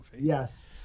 Yes